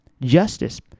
justice